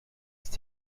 ist